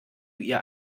ihr